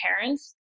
parents